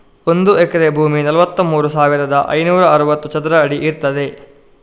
ಒಂದು ಎಕರೆ ಭೂಮಿ ನಲವತ್ತಮೂರು ಸಾವಿರದ ಐನೂರ ಅರವತ್ತು ಚದರ ಅಡಿ ಇರ್ತದೆ